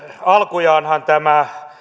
alkujaanhan tämä